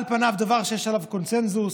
על פניו דבר שיש עליו קונסנזוס,